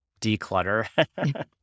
Declutter